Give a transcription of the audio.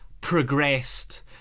progressed